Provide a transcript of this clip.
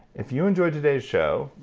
if you enjoyed today's show,